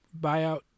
buyout